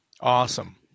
Awesome